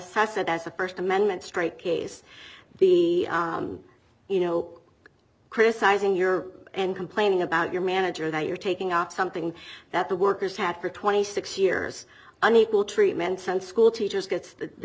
as the first amendment straight case the you know criticizing your and complaining about your manager that you're taking up something that the workers had for twenty six years unequal treatment schoolteachers gets the